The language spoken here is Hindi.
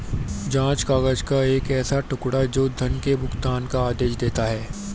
जाँच काग़ज़ का एक ऐसा टुकड़ा, जो धन के भुगतान का आदेश देता है